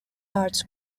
arts